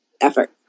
effort